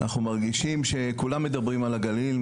אנחנו מרגישים שכולם מדברים על הגליל,